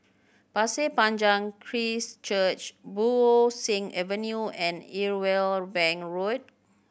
Pasir Panjang Christ Church Bo Seng Avenue and Irwell Bank Road